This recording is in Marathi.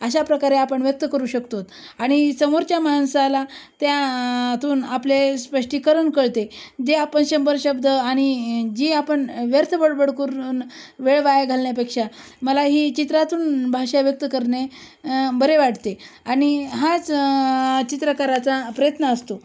अशा प्रकारे आपण व्यक्त करू शकतो आणि समोरच्या माणसाला त्यातून आपले स्पष्टीकरण कळते जे आपण शंभर शब्द आणि जी आपण व्यर्थ बडबड करून वेळ वाया घालण्यापेक्षा मला ही चित्रातून भाषा व्यक्त करणे बरे वाटते आणि हाच चित्रकाराचा प्रयत्न असतो